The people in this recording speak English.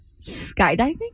Skydiving